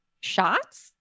shots